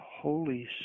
holy